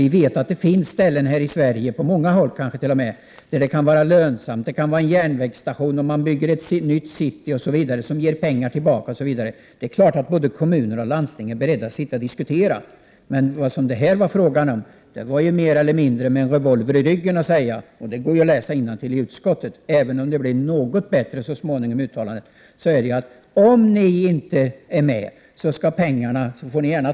Vi vet att det finns platser här i Sverige, kanske på många håll t.o.m., där det kan vara lönsamt. Det kan gälla en järnvägsstation, man kanske bygger ett nytt city, som ger pengar tillbaka. Det är klart att både kommuner och landsting är beredda att diskutera. Men här var det mer eller mindre fråga om att med en revolver i ryggen få veta — det går att läsa i utskottsbetänkandet, även om uttalandet blev något bättre så småningom: Om ni inte är med, får ni gärna ta pengarna och lägga dem någon annanstans, 53 Prot.